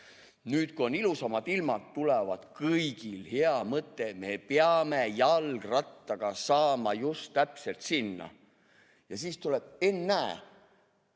saama. Kui on ilusamad ilmad, tuleb kõigil hea mõte: me peame jalgrattaga saama just täpselt sinna. Ja siis [selgub]: ennäe,